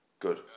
Good